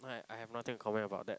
I I have nothing to comment about that